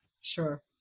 Sure